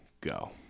Go